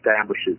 establishes